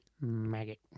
Maggot